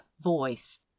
voice